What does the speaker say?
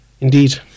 Indeed